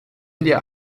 dir